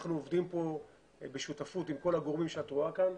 אנחנו עובדים כאן בשותפות עם כל הגורמים שאת רואה כאן,